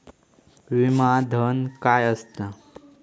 विमा धन काय असता?